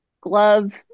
glove